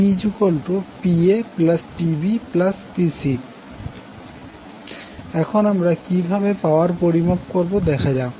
PPaPbPc এখন আমরা কিভাবে পাওয়ার পরিমাপ করবো দেখা যাক